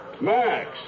Max